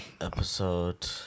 Episode